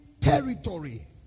territory